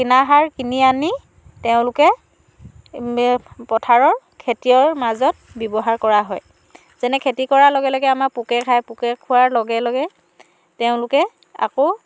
কিনা সাৰ কিনি আনি তেওঁলোকে পথাৰৰ খেতিৰ মাজত ব্যৱহাৰ কৰা হয় যেনে খেতি কৰা লগে লগে আমাৰ পোকে খাই পোকে খোৱাৰ লগে লগে তেওঁলোকে আকৌ